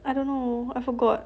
I don't know I forgot